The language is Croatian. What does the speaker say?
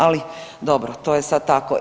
Ali dobro to je sad tako.